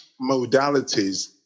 modalities